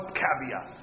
caveat